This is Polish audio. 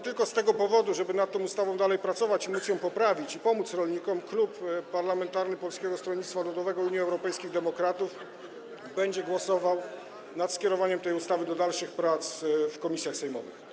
Tylko z tego powodu, żeby nad tą ustawą dalej pracować, móc ją poprawić i pomóc rolnikom, Klub Poselski Polskiego Stronnictwa Ludowego - Unii Europejskich Demokratów będzie głosował nad skierowaniem tej ustawy do dalszych prac w komisjach sejmowych.